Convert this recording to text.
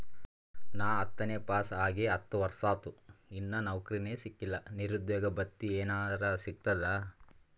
ನಾ ಹತ್ತನೇ ಪಾಸ್ ಆಗಿ ಹತ್ತ ವರ್ಸಾತು, ಇನ್ನಾ ನೌಕ್ರಿನೆ ಸಿಕಿಲ್ಲ, ನಿರುದ್ಯೋಗ ಭತ್ತಿ ಎನೆರೆ ಸಿಗ್ತದಾ?